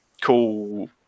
cool